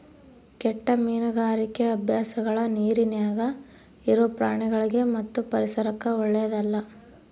ಕೆಟ್ಟ ಮೀನುಗಾರಿಕಿ ಅಭ್ಯಾಸಗಳ ನೀರಿನ್ಯಾಗ ಇರೊ ಪ್ರಾಣಿಗಳಿಗಿ ಮತ್ತು ಪರಿಸರಕ್ಕ ಓಳ್ಳೆದಲ್ಲ